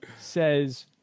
says